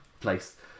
place